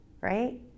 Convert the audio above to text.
right